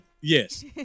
yes